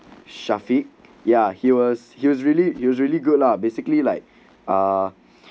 syafiq yeah he was he was really usually good lah basically like ah